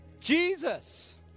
Jesus